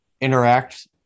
interact